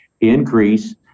increase